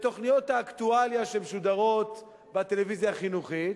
בתוכניות האקטואליה שמשודרות בטלוויזיה החינוכית.